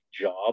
job